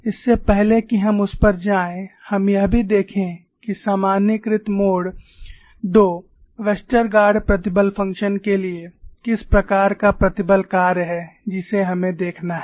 इससे पहले कि हम उस पर जाएं हम यह भी देखें कि सामान्यीकृत मोड II वेस्टरगार्ड प्रतिबल फ़ंक्शन के लिए किस प्रकार का प्रतिबल कार्य है जिसे हमें देखना है